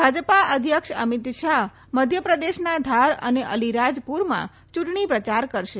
ભાજપા અધ્યક્ષ અમિત શાહ મધ્યપ્રદેશના ધાર અને અલીરાજ્પુરમાં ચૂંટણી પ્રચાર કરશે